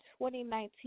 2019